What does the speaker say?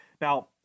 Now